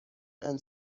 and